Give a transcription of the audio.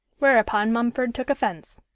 whereupon mumford took offence.